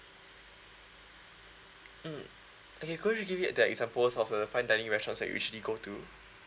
mm okay could you give me the examples of the fine dining restaurants that you usually go to